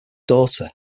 daughter